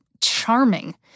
charming